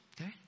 okay